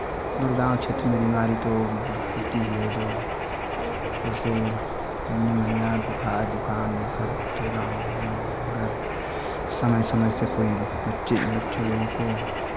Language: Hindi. और गाँव क्षेत्र में बीमारी तो होती ही है जो जैसे निमोनिया बुखार ज़ुकाम ये सब तो गाँव में अगर समय समय से कोई बच्चे बच्चे लोगों को